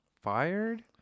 fired